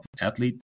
athlete